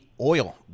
oil